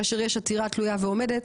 כאשר יש עתירה תלויה ועומדת,